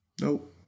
nope